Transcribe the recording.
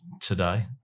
today